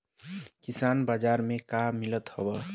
किसान बाजार मे का मिलत हव?